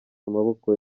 amaboko